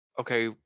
okay